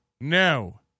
no